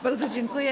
Bardzo dziękuję.